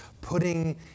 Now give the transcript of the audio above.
putting